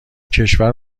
کشور